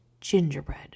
Gingerbread